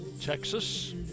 Texas